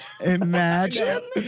Imagine